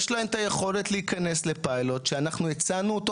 יש להן את היכולת להיכנס לפיילוט שאנחנו הצענו אותו